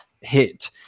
hit